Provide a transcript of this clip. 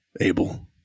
Abel